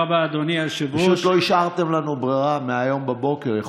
פשוט לא השארתם לנו ברירה מהיום בבוקר.